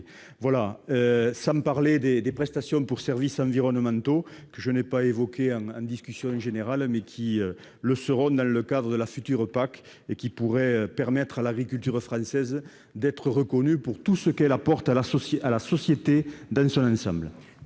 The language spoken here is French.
c'est sans parler des prestations pour services environnementaux. Je ne les ai pas évoquées en discussion générale, mais elles le seront dans le cadre de la future PAC et pourraient permettre à l'agriculture française d'être reconnue pour tout ce qu'elle apporte à la société, dans son ensemble